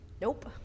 Nope